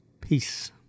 Peace